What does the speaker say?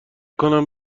کنم